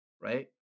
right